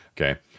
Okay